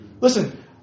Listen